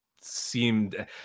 seemed